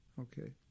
okay